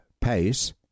Pace